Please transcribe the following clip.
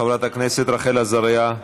חברת הכנסת רחל עזריה,